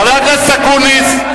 חבר הכנסת אקוניס,